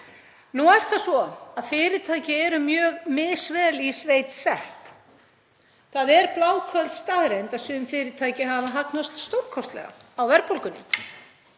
Nú er það svo að fyrirtæki eru mjög misvel í sveit sett. Það er bláköld staðreynd að sum fyrirtæki hafa hagnast stórkostlega á verðbólgunni.